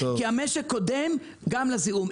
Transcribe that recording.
כי המשק קודם גם לזיהום,